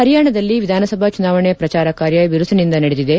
ಹರಿಯಾಣದಲ್ಲಿ ವಿಧಾನಸಭಾ ಚುನಾವಣೆ ಶ್ರಚಾರ ಕಾರ್ಯ ಬಿರುಸಿನಿಂದ ನಡೆದಿದೆ